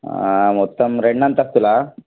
మొత్తం రెండు అంతస్తులా